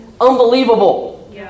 unbelievable